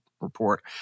report